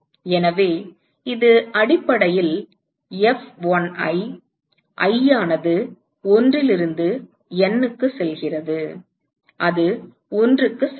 எனவே இது அடிப்படையில் F1i i ஆனது 1 இலிருந்து N க்கு செல்கிறது அது 1 க்கு சமம்